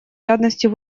жадностию